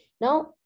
Now